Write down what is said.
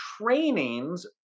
trainings